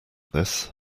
this